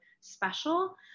special